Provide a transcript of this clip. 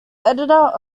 editor